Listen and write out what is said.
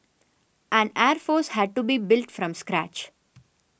an air force had to be built from scratch